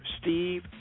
Steve